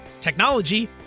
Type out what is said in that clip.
technology